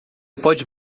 pode